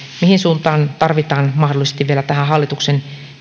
mihin suuntaan tarvitaan mahdollisesti vielä korjauksia tähän hallituksen